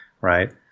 right